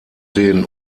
den